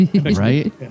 Right